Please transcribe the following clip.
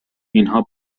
اینها